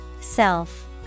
Self